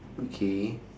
okay